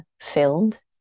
filled